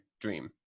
dream